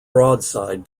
broadside